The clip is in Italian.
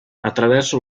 attraverso